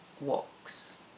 walks